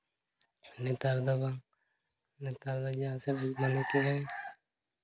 ᱱᱮᱛᱟᱨ ᱫᱚ ᱵᱟᱝ ᱱᱮᱛᱟᱨ ᱫᱚ ᱡᱟᱦᱟᱸ ᱥᱮᱫ ᱮ ᱢᱚᱱᱮ ᱠᱮᱜ